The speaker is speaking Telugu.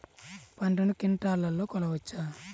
పంటను క్వింటాల్లలో కొలవచ్చా?